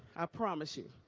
i promise you.